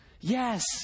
Yes